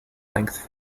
length